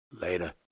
Later